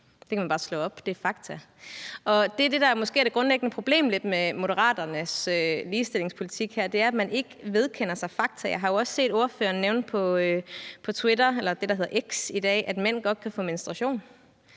det er måske det, der lidt er det grundlæggende problem med Moderaterne ligestillingspolitik her, altså at man ikke vedkender sig fakta. Og jeg har jo også set en ordfører nævne på Twitter eller det, der i dag hedder X, at mænd godt kan få menstruation.